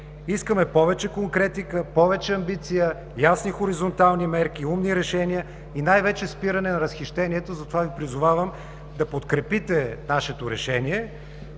Искаме повече конкретика, повече амбиция, ясни хоризонтални мерки, умни решения и най-вече спиране на разхищенията. Затова Ви призовавам да подкрепите нашето решение!